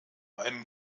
einen